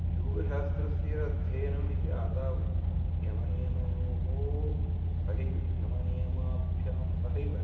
योगशास्त्रस्य अध्ययनम् इति आदौ यमनियमयोः सहैव यमनियमाभ्यां सहैव